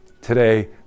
Today